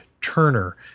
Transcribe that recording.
Turner